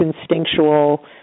instinctual